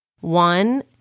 One